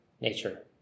nature